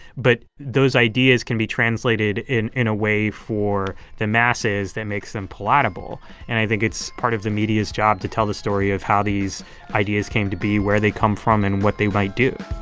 but those ideas can be translated in in a way for the masses that makes them palatable. and i think it's part of the media's job to tell the story of how these ideas came to be, where they come from and what they might do